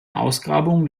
ausgrabungen